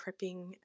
prepping